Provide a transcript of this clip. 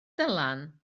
dylan